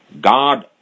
God